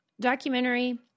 Documentary